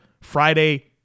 Friday